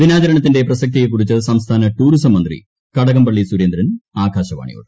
ദിനാചരണത്തിന്റെ പ്രസക്തിയെക്കകുറിച്ച് സംസ്ഥാന ടൂറിസം മന്ത്രി കടകംപള്ളി സുരേന്ദ്രൻ ആകാശവാണിയോട്